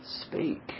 speak